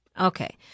Okay